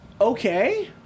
okay